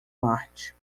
marte